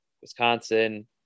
wisconsin